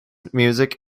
music